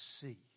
see